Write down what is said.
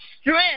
strength